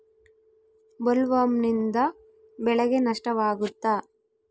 ಬೊಲ್ವರ್ಮ್ನಿಂದ ಬೆಳೆಗೆ ನಷ್ಟವಾಗುತ್ತ?